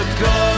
go